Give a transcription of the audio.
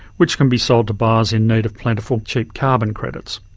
which can be sold to buyers in need of plentiful, cheap carbon credits.